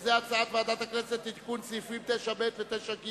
וזה הצעת ועדת הכנסת לתיקון סעיפים 9ב ו-9ג